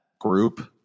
group